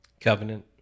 Covenant